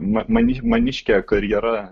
mat mani maniškė karjera